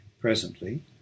Presently